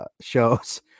shows